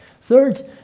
Third